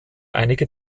einige